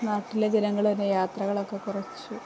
നാട്ടിലെ ജനങ്ങള് തന്നെ യാത്രകളൊക്കെ കുറച്ചു